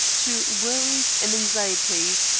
to worries, and anxieties,